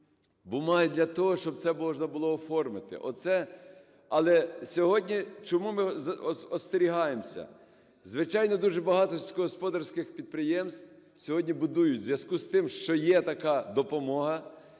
бумаги для того, щоб це можна було оформити. Оце… Але сьогодні чому ми остерігаємося? Звичайно, дуже багато сільськогосподарських підприємств сьогодні будують у зв’язку з тим, що є така допомога,